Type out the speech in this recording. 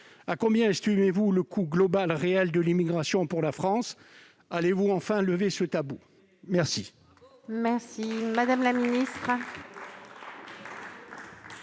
à combien estimez-vous le coût global réel de l'immigration pour la France ? Allez-vous enfin lever ce tabou ? Bravo ! La parole est